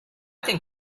think